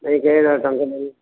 ಮೈ ಕೈ